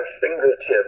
fingertips